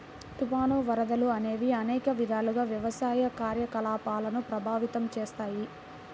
తుఫాను, వరదలు అనేవి అనేక విధాలుగా వ్యవసాయ కార్యకలాపాలను ప్రభావితం చేస్తాయి